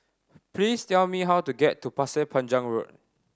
please tell me how to get to Pasir Panjang Road